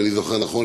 אם אני זוכר נכון,